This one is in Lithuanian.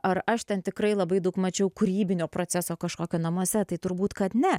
ar aš ten tikrai labai daug mačiau kūrybinio proceso kažkokio namuose tai turbūt kad ne